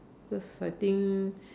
because I think